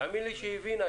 תאמין לי שהיא הבינה.